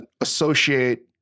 associate